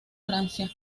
francia